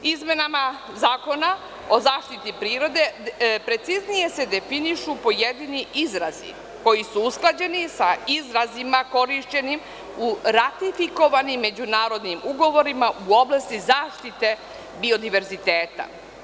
Izmenama Zakona o zaštiti prirode preciznije se definišu pojedini izrazi koji su usklađeni sa izrazima korišćenim u ratifikovanim međunarodnim ugovorima u oblasti zaštite biodiverziteta.